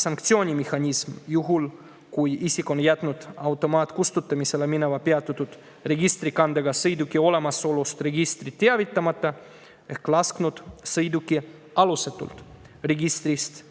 sanktsioonimehhanism juhuks, kui isik jätab automaatsele kustutamisele mineva peatatud registrikandega sõiduki olemasolust registrit teavitamata ehk laseb sõiduki alusetult registrist